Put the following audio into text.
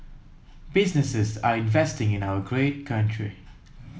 businesses are investing in our great country